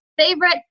favorite